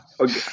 Okay